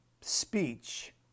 speech